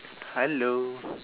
hello